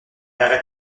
arrête